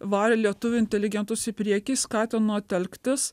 varė lietuvių inteligentus į priekį skatino telktis